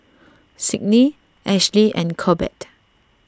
Signe Ashley and Corbett